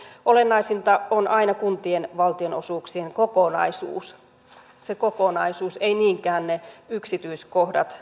olennaisinta on aina kuntien valtionosuuksien kokonaisuus se kokonaisuus eivät niinkään ne yksityiskohdat